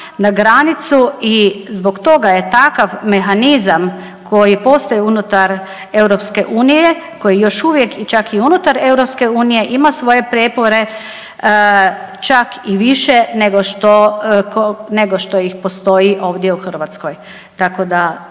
na granicu i zbog toga je takav mehanizam koji postoji unutar EU koji još uvijek čak i unutar EU ima svoje prijepore čak i više nego što, nego što ih postoji ovdje u Hrvatskoj.